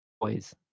Boys